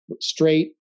straight